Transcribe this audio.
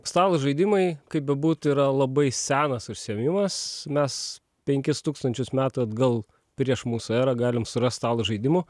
stalo žaidimai kaip bebūtų yra labai senas užsiėmimas mes penkis tūkstančius metų atgal prieš mūsų erą galim surast stalo žaidimų